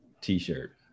T-shirt